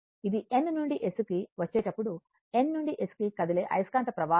ఇది N నుండి S కు వచ్చేటప్పుడు N నుండి S కి కదిలే అయస్కాంత ప్రవాహం